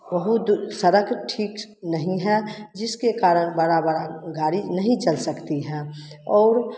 बहुत सड़क ठीक नहीं है जिसके कारण बड़ा बड़ा गाड़ी नहीं चल सकती हैं और